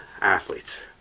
athletes